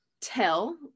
tell